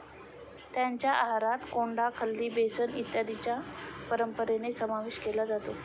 त्यांच्या आहारात कोंडा, खली, बेसन इत्यादींचा परंपरेने समावेश केला जातो